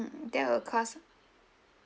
mm that will cost